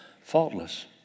faultless